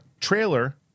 trailer